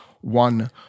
One